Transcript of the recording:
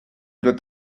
doit